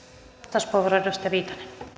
valitettavasti arvoisa